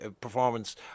performance